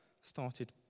started